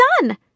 done